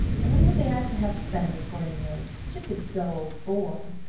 i wonder what they have to have sunday for, anyway. just a dull old bore!